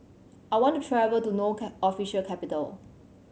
I want to travel to No official capital